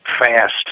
fast